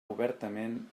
obertament